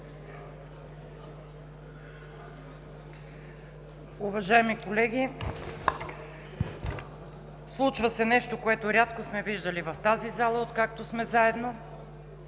Уважаеми колеги, случва се нещо, което рядко сме виждали в тази зала, откакто сме заедно.